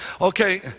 Okay